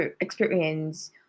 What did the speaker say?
experience